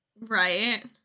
Right